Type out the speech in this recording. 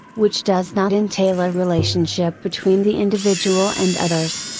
which does not entail a relationship between the individual and others.